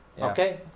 Okay